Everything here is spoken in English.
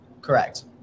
Correct